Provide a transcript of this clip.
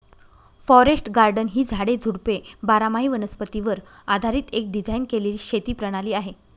forest garden ही झाडे, झुडपे बारामाही वनस्पतीवर आधारीत एक डिझाइन केलेली शेती प्रणाली आहे